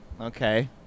Okay